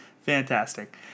Fantastic